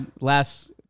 Last